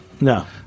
No